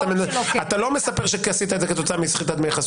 אתה לא מספר שעשית את זה כתוצאה מסחיטת דמי חסות.